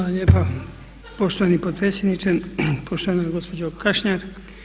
Hvala lijepa poštovani potpredsjedniče, poštovana gospođo Kašnjar.